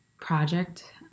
project